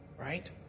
right